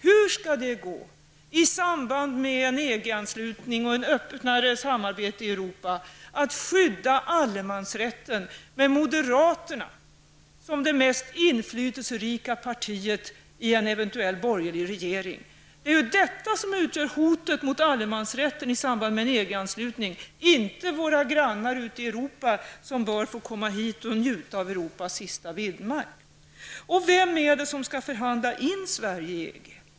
Hur skall det gå i samband med en EG-anslutning och ett öppnare samarbete i Europa att skydda allemansrätten med moderaterna som det mest inflytelserika partiet i en eventuell borgerlig regering? Det är ju detta som utgör hotet mot allemansrätten i samband med en EG-anslutning, inte våra grannar ute i Europa som bör få komma hit och njuta av Europas sista vildmark. Vem är det som skall förhandla in Sverige i EG?